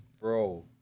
bro